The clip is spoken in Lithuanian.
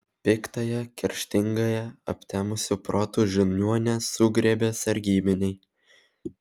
piktąją kerštingąją aptemusiu protu žiniuonę sugriebė sargybiniai